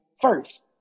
first